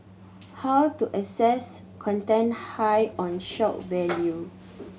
how to assess content high on shock value